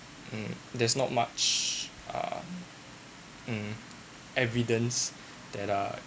mm there's not much err hmm evidence that uh